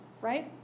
right